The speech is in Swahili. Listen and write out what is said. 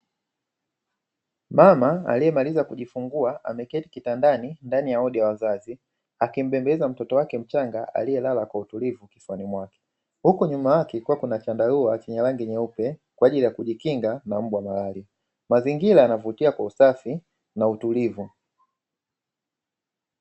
Mama aliyemaliza kujifungua ameketi kitandani ndani ya odi ya wazazi, akimbembeleza mtoto wake mchanga aliyelala kwa utulivu lifuani mwake. Huku nyuma yake kukiwa na chandarua chenye rangi nyeupe kwa ajili ya kujikinga na mbu wa malalia. Mazingira yanavutia kwa usafi na utulivu.